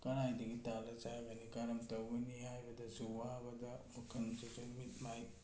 ꯀꯔꯥꯏꯗꯒꯤ ꯇꯥꯜꯂ ꯆꯥꯒꯅꯤ ꯀꯔꯝ ꯇꯧꯒꯅꯤ ꯍꯥꯏꯕꯗꯨꯁꯨ ꯋꯥꯕꯗ ꯋꯥꯈꯟꯁꯤꯁꯨ ꯃꯤꯠ ꯃꯥꯏ